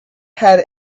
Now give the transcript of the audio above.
had